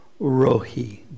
Rohi